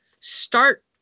start